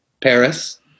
Paris